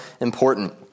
important